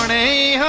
a